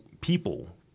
people